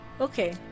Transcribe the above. Okay